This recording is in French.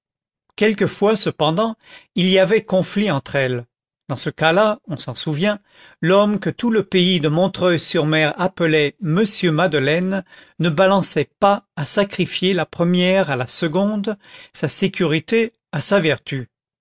quelquefois cependant il y avait conflit entre elles dans ce cas-là on s'en souvient l'homme que tout le pays de montreuil sur mer appelait m madeleine ne balançait pas à sacrifier la première à la seconde sa sécurité à sa vertu